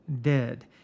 dead